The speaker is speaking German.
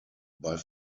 bei